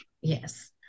Yes